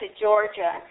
Georgia